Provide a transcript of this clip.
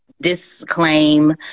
disclaim